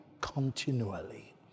continually